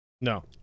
No